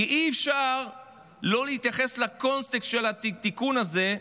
כי אי-אפשר לא להתייחס לקונטקסט של התיקון הזה,